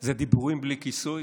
זה דיבורים בלי כיסוי,